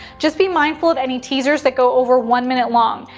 just be mindful of any teasers that go over one minute long.